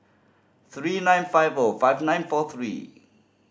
three nine five five nine four three